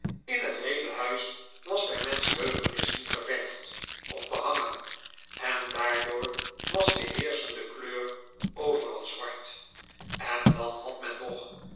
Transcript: in het heele huis was bij menschenheugenis niet geverfd of behangen en daardoor was de heerschende kleur overal zwart en dan had men nog